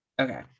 okay